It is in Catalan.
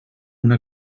una